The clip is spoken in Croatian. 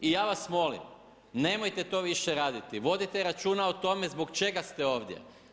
I ja vas molim, nemojte to više raditi, vodite računa o tome zbog čega ste ovdje.